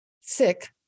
sick